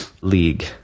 league